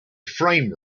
frame